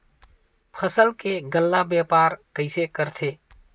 फसल के गल्ला व्यापार कइसे करथे?